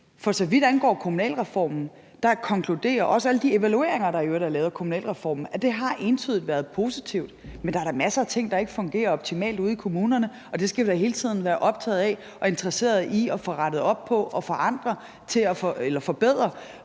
For så vidt angår kommunalreformen, konkluderer alle de evalueringer, der i øvrigt også er lavet af kommunalreformen, at det har entydigt været positivt. Men der er da masser af ting, der ikke fungerer optimalt ude i kommunerne, og det skal vi da hele tiden være optagede af og interesserede i at få rettet op på og forbedre for at forandre